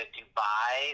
Dubai